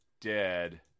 Dead